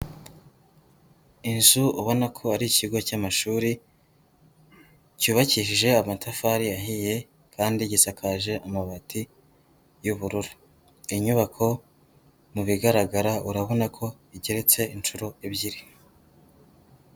Inzu ubona ko ari ikigo cy'amashuri, cyubakishije amatafari ahiye kandi gisakaje amabati y'ubururu. Inyubako mu bigaragara urabona ko igeretse inshuro ebyiri.